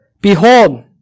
Behold